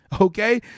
okay